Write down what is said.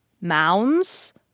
mounds